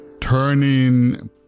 turning